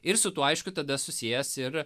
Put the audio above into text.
ir su tuo aišku tada susijęs ir